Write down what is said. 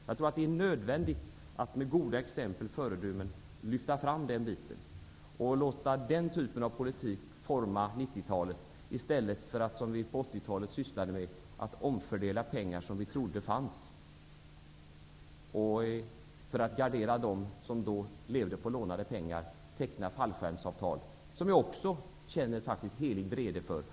Jag tror att det är nödvändigt att med goda föredömen lyfta fram den biten, och låta den typen av politik forma 90-talet i stället för att göra som på 80-talet då man sysslade med att omfördela pengar som man trodde fanns, och för att gardera dem som levde på lånade pengar, teckna fallskärmsavtal. Detta känner jag också helig vrede inför.